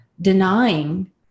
denying